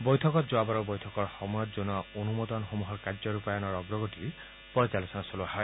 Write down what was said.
বৈঠকত যোৱাবাৰৰ বৈঠকত জনোৱা অনুমোদনসমূহৰ কাৰ্য ৰূপায়ণৰ অগ্ৰগতি পৰ্যালোচনা চলোৱা হয়